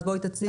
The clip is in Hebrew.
אז בואי תציגי.